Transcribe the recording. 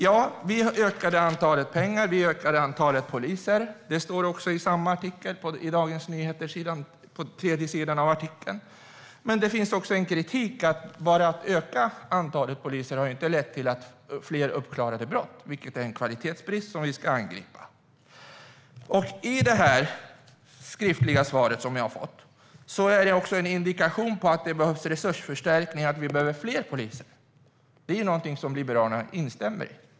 Ja, vi ökade anslagen, och vi ökade antalet poliser. Det står också i artikeln i Dagens Samhälle, på tredje sidan. Men det finns även en kritik av att ökningen av antalet poliser inte har lett till fler uppklarade brott. Det är en kvalitetsbrist vi ska angripa. I det skriftliga svaret jag har fått finns det också en indikation på att det behövs resursförstärkning och att vi behöver fler poliser. Det är någonting Liberalerna instämmer i.